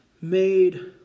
made